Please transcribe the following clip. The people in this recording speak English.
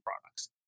products